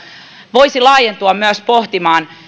voisi laajentua myös pohtimaan